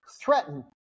threaten